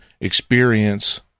experience